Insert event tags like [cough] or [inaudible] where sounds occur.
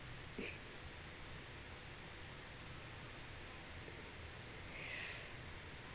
[breath]